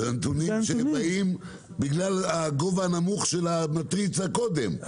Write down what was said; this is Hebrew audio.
אלה הנתונים שבאים בגלל הגובה הנמוך של המתריצה קודם.